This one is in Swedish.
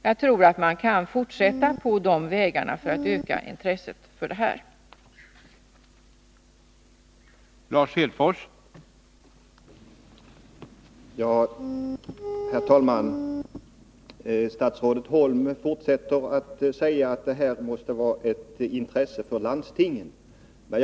Jag tror att man bör fortsätta på de här vägarna för att öka intresset för att bli blodgivare.